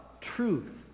truth